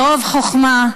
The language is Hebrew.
ברוב חוכמה,